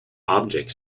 object